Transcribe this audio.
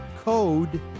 code